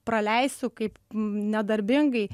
praleisiu kaip nedarbingai